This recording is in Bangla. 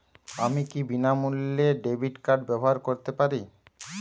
আমি কি বিনামূল্যে ডেবিট কার্ড ব্যাবহার করতে পারি?